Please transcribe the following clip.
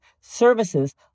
services